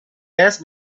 asked